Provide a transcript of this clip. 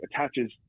attaches